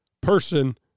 person